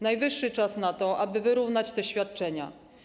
Najwyższy czas na to, aby wyrównać te świadczenia.